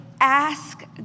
ask